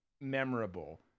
memorable